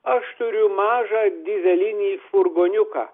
aš turiu mažą dyzelinį furgoniuką